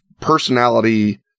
personality